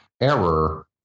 Error